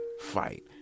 fight